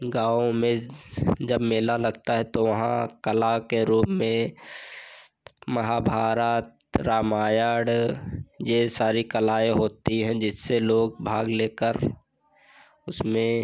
गाँव में जब मेला लगता है तो वहाँ कला के रूप में महाभारत रामायण यह सारी कलाएँ होती हैं जिससे लोग भाग लेकर उसमें